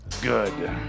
Good